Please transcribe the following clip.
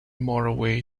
motorway